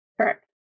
correct